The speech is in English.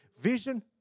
Vision